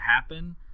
happen